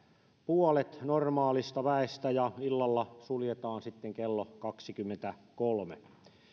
puolet normaalista väestä ja illalla suljetaan kello kaksikymmentäkolme